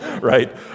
right